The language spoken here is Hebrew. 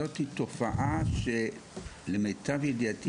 זאת תופעה שלמיטב ידיעתי,